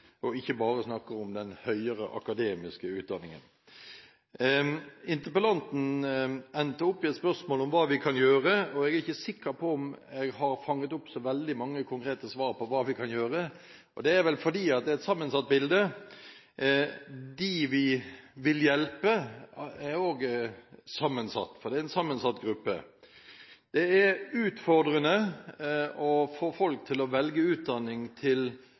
og ikke bare snakker om den høyere akademiske utdanningen. Interpellanten endte opp med et spørsmål om hva vi kan gjøre. Jeg er ikke sikker på om jeg har fanget opp så veldig mange konkrete svar på hva vi kan gjøre. Det er vel fordi det er et sammensatt bilde. Dem vi vil hjelpe, er en sammensatt gruppe. Det er utfordrende å få folk til å velge utdanning til